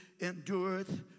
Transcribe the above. endureth